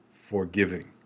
forgiving